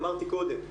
אמרתי קודם,